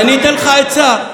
אני אתן לך עצה.